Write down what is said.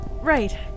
Right